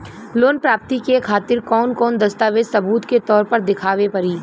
Loan प्राप्ति के खातिर कौन कौन दस्तावेज सबूत के तौर पर देखावे परी?